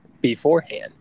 beforehand